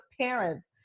parents